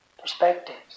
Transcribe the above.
perspectives